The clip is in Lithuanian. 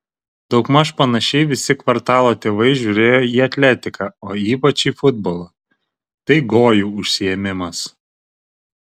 daugmaž panašiai visi kvartalo tėvai žiūrėjo į atletiką o ypač į futbolą tai gojų užsiėmimas